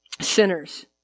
sinners